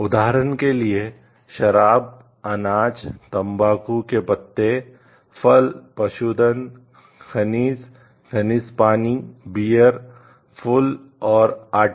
उदाहरण के लिए शराब अनाज तंबाकू के पत्ते फल पशुधन खनिज खनिज पानी बीयर फूल और आटा